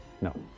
No